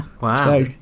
Wow